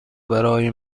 برای